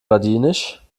ladinisch